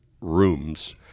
rooms